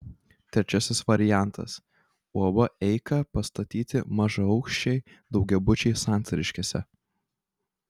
trečiasis variantas uab eika pastatyti mažaaukščiai daugiabučiai santariškėse